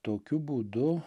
tokiu būdu